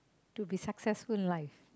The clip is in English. to be successful in life